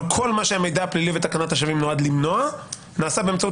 אבל כל מה שהמידע הפלילי ותקנת השבים נועד למנוע נעשה באמצעות